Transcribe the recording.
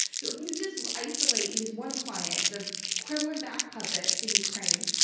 so, if you just isolate his one client, the kremlin-backed puppet in ukraine,